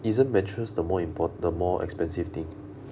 isn't mattress the more import~ the more expensive thing